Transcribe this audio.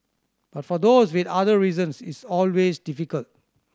but for those with other reasons it's always difficult